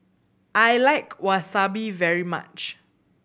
I like Wasabi very much